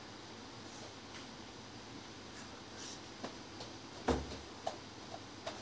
<Z